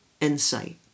insight